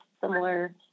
similar